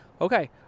okay